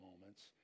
moments